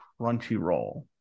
Crunchyroll